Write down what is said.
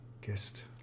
guest